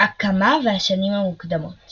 הקמה והשנים המוקדמות